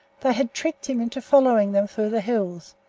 they had tricked him into following them through the hills,